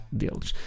deles